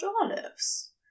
olives